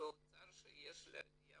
והאוצר שיש לעליה